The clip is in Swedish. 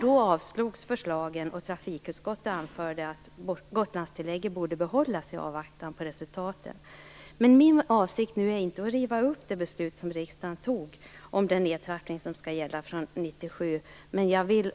Då avslogs förslagen, och trafikutskottet anförde att Min avsikt är inte att vi skall riva upp det beslut som riksdagen fattade om den nedtrappning som skall gälla från 1997.